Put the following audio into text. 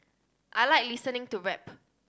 I like listening to rap